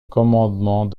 commandement